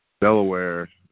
Delaware